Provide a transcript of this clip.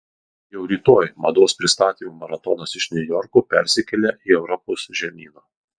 jau rytoj mados pristatymų maratonas iš niujorko persikelia į europos žemyną